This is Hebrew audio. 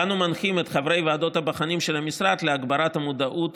ואנחנו מנחים את חברי ועדות הבוחנים של המשרד להגביר את המודעות